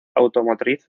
automotriz